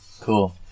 cool